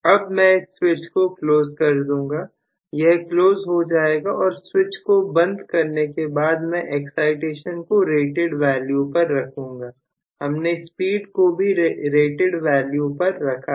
अब मैं इस स्विच को क्लोज कर दूंगा यह क्लोज हो जाएगा और स्विच को बंद करने के बाद मैं एक्साइटेशन को रेटेड वैल्यू पर रखूंगा हमने स्पीड को भी रेटेड वैल्यू पर रखा है